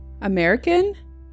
American